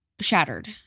shattered